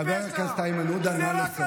חבר הכנסת איימן עודה, נא לסיים.